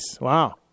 Wow